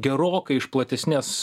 gerokai iš platesnės